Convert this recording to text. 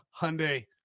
Hyundai